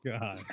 God